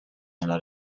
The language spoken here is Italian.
nella